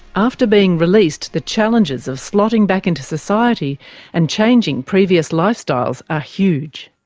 after being released, the challenges of slotting back into society and changing previous lifestyles are huge.